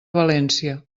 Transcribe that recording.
valència